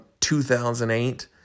2008